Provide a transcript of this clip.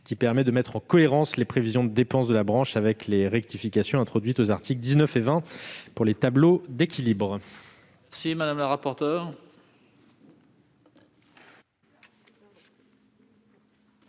ainsi à mettre en cohérence les prévisions de dépenses de la branche avec les rectifications introduites aux articles 19 et 20 pour les tableaux d'équilibre. Quel est l'avis de